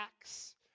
Acts